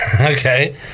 Okay